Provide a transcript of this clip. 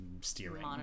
steering